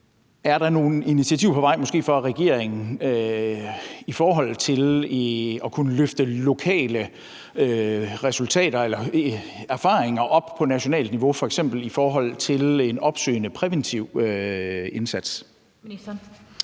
Er der nogle initiativer på vej fra regeringen i forhold til at kunne løfte lokale resultater eller erfaringer op på nationalt niveau, f.eks. i forhold til en opsøgende præventiv indsats?